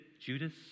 Judas